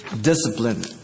discipline